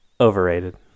Overrated